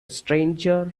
stranger